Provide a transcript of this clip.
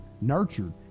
nurtured